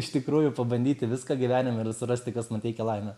iš tikrųjų pabandyti viską gyvenime ir surasti kas man teikia laimę